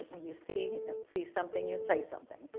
you see and see something you say something.